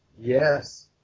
Yes